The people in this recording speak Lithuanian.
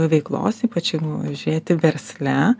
veiklos ypač žiūrėti versle